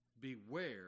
beware